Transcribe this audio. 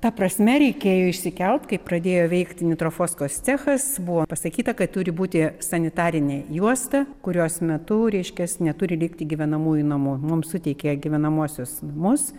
ta prasme reikėjo išsikelt kai pradėjo veikti nitrofoskos cechas buvo pasakyta kad turi būti sanitarinė juosta kurios metu reiškias neturi likti gyvenamųjų namų mums suteikė gyvenamuosius namus